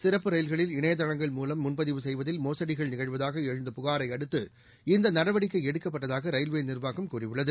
சிறப்பு ரயில்களில் இணையதளங்கள் மூலம் முன்பதிவு செய்வதில் மோசடிகள் நிகழுவதாக எழுந்த புகாரையடுத்து இந்த நடவடிக்கை எடுக்கப்பட்டதாக ரயில்வே நிர்வாகம் கூறியுள்ளது